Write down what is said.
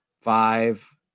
five